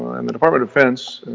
and the department of defense,